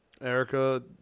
Erica